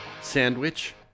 Sandwich